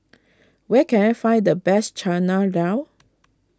where can I find the best Chana Dal